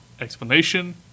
explanation